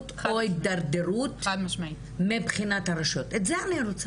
כתובת אחת שאישה אולי היה לה מזל ופנתה למרכז סיוע או לאחד מהארגונים